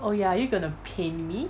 oh ya are you gonna paint me